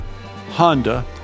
Honda